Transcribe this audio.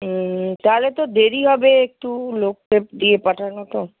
তাহলে তো দেরি হবে একটু লোকটোক দিয়ে পাঠানো তো